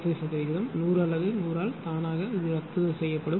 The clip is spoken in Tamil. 5 சதவிகிதம் 100 அல்லது 100 ஆல் தானாக ரத்து ஆகும்